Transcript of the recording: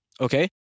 okay